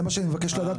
מה שיעור